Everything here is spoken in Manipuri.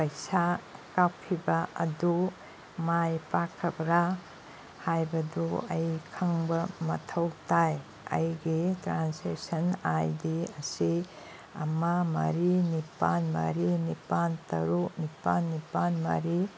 ꯄꯩꯁꯥ ꯀꯥꯞꯈꯤꯕ ꯑꯗꯨ ꯃꯥꯏ ꯄꯥꯛꯈꯕ꯭ꯔꯥ ꯍꯥꯏꯕꯗꯨ ꯑꯩ ꯈꯪꯕ ꯃꯊꯧ ꯇꯥꯏ ꯑꯩꯒꯤ ꯇ꯭ꯔꯥꯟꯁꯦꯛꯁꯟ ꯑꯥꯏ ꯗꯤ ꯑꯁꯤ ꯑꯃ ꯃꯔꯤ ꯅꯤꯄꯥꯜ ꯃꯔꯤ ꯅꯤꯄꯥꯜ ꯇꯔꯨꯛ ꯅꯤꯄꯥꯜ ꯅꯤꯄꯥꯜ ꯃꯔꯤ